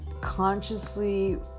consciously